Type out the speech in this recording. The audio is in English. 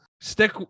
stick